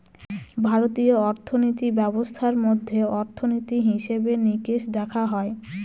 ভারতীয় অর্থিনীতি ব্যবস্থার মধ্যে অর্থনীতি, হিসেবে নিকেশ দেখা হয়